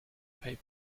pay